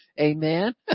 Amen